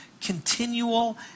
continual